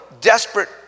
desperate